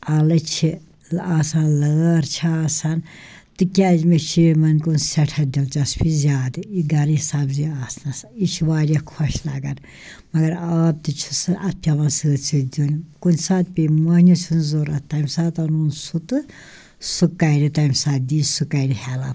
اَلہٕ چھِ آسان لٲر چھِ آسان تِکیٛازِ مےٚ چھِ یِمَن کُن سٮ۪ٹھاہ دِلچَسپی زیادٕ یہِ گَرٕچ سبزی آسنَس یہِ چھِ واریاہ خوش لَگان مگر آب تہِ چھِسہٕ اَتھ پٮ۪وان سۭتۍ سۭتۍ دیُن کُنہِ ساتہٕ پے مٔہنی سٕنٛز ضوٚرَتھ تَمہِ ساتہٕ اَنُن سُہ تہٕ سُہ کَرِ تَمہِ ساتہٕ دی سُہ کَرِ ہٮ۪لَپ